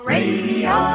Radio